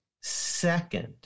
Second